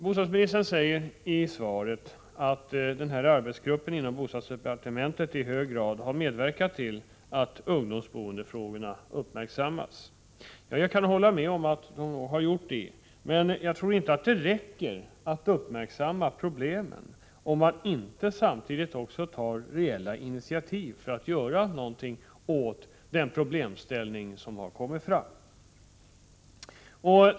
Bostadsministern säger i svaret att arbetsgruppen inom bostadsdepartementet i hög grad har medverkat till att ungdomsboendefrågorna uppmärksammats. Jag kan hålla med om det, men jag tror inte att det räcker att uppmärksamma problem, om man inte samtidigt tar reella initiativ till att göra något åt problemen.